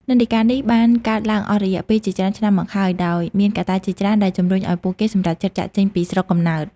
និន្នាការនេះបានកើតឡើងអស់រយៈពេលជាច្រើនឆ្នាំមកហើយ ដោយមានកត្តាជាច្រើនដែលជំរុញឱ្យពួកគេសម្រេចចិត្តចាកចេញពីស្រុកកំណើត។